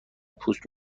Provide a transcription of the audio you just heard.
پوست